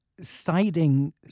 citing